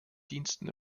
diensten